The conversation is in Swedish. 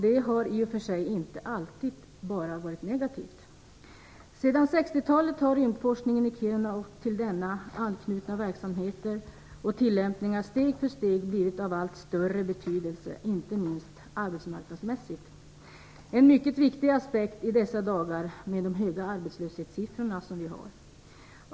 Det har i och för sig inte alltid bara varit negativt. Sedan 60-talet har rymdforskningen i Kiruna och till denna anknutna verksamheter och tillämpningar steg för steg blivit av allt större betydelse, inte minst arbetsmarknadsmässigt, vilket är en mycket viktig aspekt i dessa dagar, med de höga arbetslöshetssiffror som vi har.